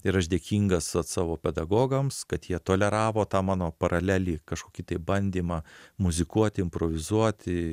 ir aš dėkingas vat savo pedagogams kad jie toleravo tą mano paralelį kažkokį tai bandymą muzikuoti improvizuoti